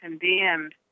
condemned